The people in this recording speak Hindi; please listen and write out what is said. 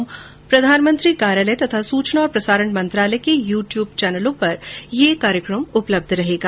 चचए प्रधानमंत्री कार्यालय तथा सूचना और प्रसारण मंत्रालय के यू ट्यूब चैनलों पर उपलब्ध रहेगा